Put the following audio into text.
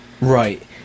Right